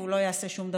והוא לא יעשה שום דבר,